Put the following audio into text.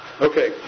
Okay